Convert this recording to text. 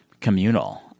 communal